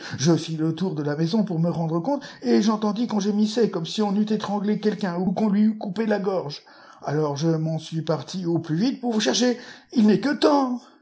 je fis le tour de la maison pour me rendre compte et j'entendis qu'on gémissait comme si on eût étranglé quelqu'un ou qu'on lui eût coupé la gorge alors je m'en suis parti au plus vite pour vous chercher il n'est que temps